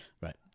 Right